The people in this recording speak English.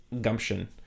gumption